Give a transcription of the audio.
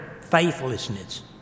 faithlessness